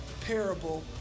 parable